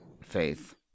faith